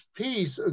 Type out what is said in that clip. peace